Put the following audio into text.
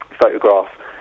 photograph